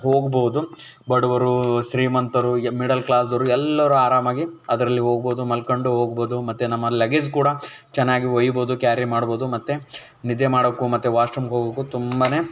ಹೋಗ್ಬೋದು ಬಡವರು ಶ್ರೀಮಂತರು ಮಿಡಲ್ ಕ್ಲಾಸ್ದವರು ಎಲ್ಲರೂ ಆರಾಮಾಗಿ ಅದರಲ್ಲಿ ಹೋಗ್ಬೋದು ಮಲ್ಕೊಂಡು ಹೋಗ್ಬೋದು ಮತ್ತೆ ನಮ್ಮ ಲಗೇಜ್ ಕೂಡ ಚೆನ್ನಾಗಿ ಒಯ್ಬೋದು ಕ್ಯಾರಿ ಮಾಡ್ಬೋದು ಮತ್ತೆ ನಿದ್ದೆ ಮಾಡೋಕ್ಕೂ ಮತ್ತೆ ವಾಶ್ರೂಮ್ಗೆ ಹೋಗೋಕ್ಕೂ ತುಂಬನೇ